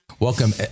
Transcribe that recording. Welcome